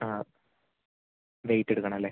ആ വെയിറ്റ് എടുക്കണം അല്ലെ